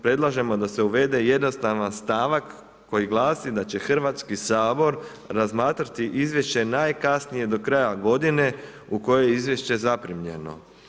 Predlažemo da se uvede jednostavan stavak koji glasi da će Hrvatski sabor razmatrati izvješće najkasnije do kraja godine u kojoj izvješće zaprimljeno.